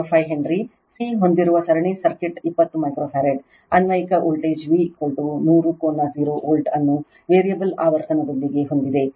05 henry C ಹೊಂದಿರುವ ಸರಣಿ circuit 20 microfarad ಅನ್ವಯಿಕ ವೋಲ್ಟೇಜ್ V 100 ಕೋನ 0 ವೋಲ್ಟ್ ಅನ್ನು ವೇರಿಯಬಲ್ ಆವರ್ತನದೊಂದಿಗೆ ಹೊಂದಿದೆ